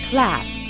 Class